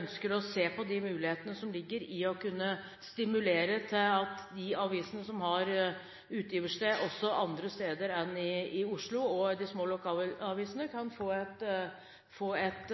ønsker vi å se på mulighetene som ligger i å kunne stimulere til at de avisene som har utgivelsessted andre steder enn i Oslo – og de små lokalavisene – kan få et